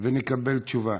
ונקבל תשובה.